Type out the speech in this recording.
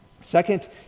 Second